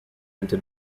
into